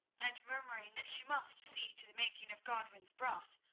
and murmuring that she must see to the making of godwin's broth,